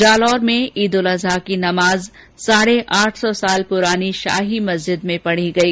जालौर में ईद उल अजहा की नमाज साढे आठ सौ साल पुरानी शाही मस्जिद में पढ़ी गई